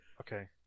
Okay